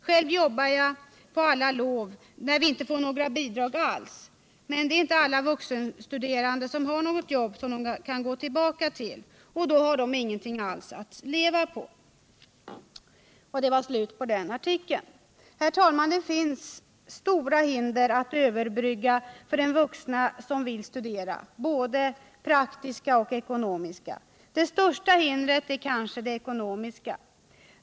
Själv jobbar jag på alla lov när vi inte får några bidrag alls, men det är inte alla vuxenstuderande som har något jobb de kan gå tillbaka tillfälligt till. De har ingenting alls att leva på.” Herr talman! Det finns stora hinder att överbrygga för de vuxna som vill studera, både praktiska och ekonomiska. Det största hindret är kanske det ekonomiska.